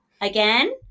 Again